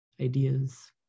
ideas